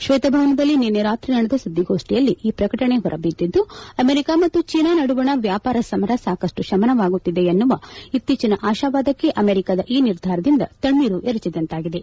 ಶ್ವೇತಭವನದಲ್ಲಿ ನಿನ್ನೆ ರಾತ್ರಿ ನಡೆದ ಸುದ್ದಿಗೋಷ್ಠಿಯಲ್ಲಿ ಈ ಪ್ರಕಟಣೆ ಹೊರಬಿದ್ದಿದ್ದು ಅಮೆರಿಕ ಮತ್ತು ಚೀನಾ ನಡುವಣ ವ್ಯಾಪಾರ ಸಮರ ಸಾಕಷ್ಟು ಶಮನವಾಗುತ್ತಿದೆ ಎನ್ನುವ ಇತ್ತೀಚಿನ ಆಶಾವಾದಕ್ಕೆ ಅಮೆರಿಕದ ಈ ನಿರ್ಧಾರದಿಂದ ತಣ್ಣೀರು ಎರಚಿದಂತಾಗಿದೆ